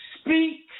speak